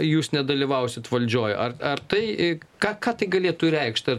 jūs nedalyvausit valdžioj ar ar tai ką ką tai galėtų reikšt ar